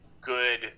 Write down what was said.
good